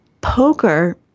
Poker